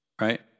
right